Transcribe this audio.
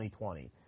2020